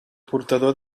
portador